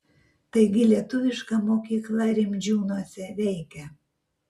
taigi lietuviška mokykla rimdžiūnuose veikia